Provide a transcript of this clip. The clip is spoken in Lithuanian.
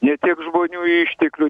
nė tiek žmonių išteklių